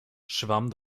schwamm